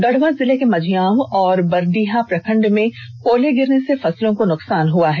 गढ़वा जिले के मझिआंव और बरडीहा प्रखंड में ओले गिरने से फसलों को नुकसान हुआ है